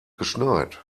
geschneit